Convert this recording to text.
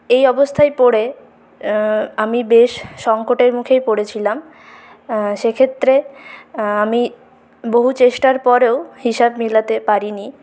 এই অবস্থায়ে পরে আমি বেশ সংকটের মুখেই পড়েছিলাম সে ক্ষেত্রে আমি বহু চেষ্টার পরেও হিসাব মিলাতে পারিনি